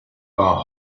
war